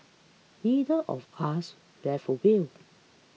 neither of us left a will